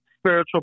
spiritual